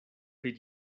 pri